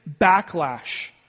backlash